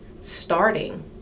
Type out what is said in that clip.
starting